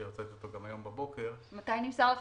שהוצאתי אותו היום בבוקר -- מתי נמסר לך